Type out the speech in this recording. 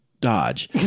Dodge